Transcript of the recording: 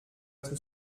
être